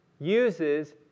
uses